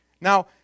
now